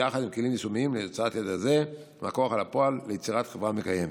יחד עם כלים יישומיים להוצאת ידע זה מהכוח אל הפועל ליצירת חברה מקיימת.